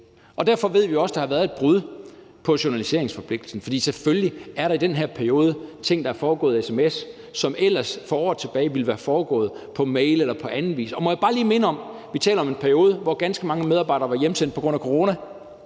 derfor ved vi også, at der har været et brud på journaliseringsforpligtelsen, for selvfølgelig er der i den her periode ting, der er foregået på sms, som ellers for år tilbage ville være foregået på mail eller på anden vis. Og må jeg bare lige minde om, at vi taler om en periode, hvor ganske mange medarbejdere var hjemsendt på grund af corona,